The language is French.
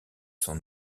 son